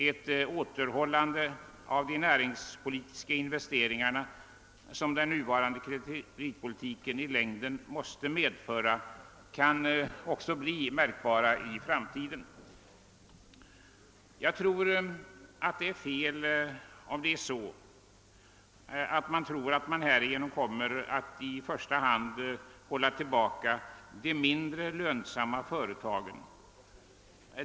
En åtstramning av de näringspolitiska investeringarna — som den nuvarande kreditpolitiken i längden måste leda till — kan få konsekvenser i framtiden. Det är säkerligen fel att tro att man härigenom i första hand håller tillbaka de mindre lönsamma företagen.